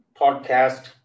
podcast